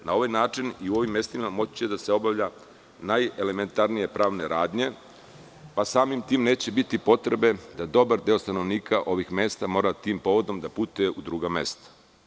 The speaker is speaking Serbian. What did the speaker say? Na ovaj načini u ovim mestima moći će da se obavlja najelemnatarnija pravna radnja pa samim tim neće biti potrebe da dobar deo stanovništva ovih mesta morati tim povodom da putuje u druga mesta.